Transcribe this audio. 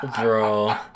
bro